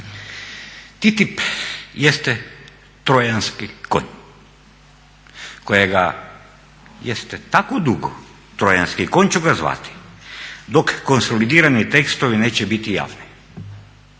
TTIP jeste trojanski konj kojega jeste tako dugo, trojanski konj ću ga zvati, dok konsolidirani tekstovi neće biti javni,